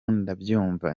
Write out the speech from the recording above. ndabyumva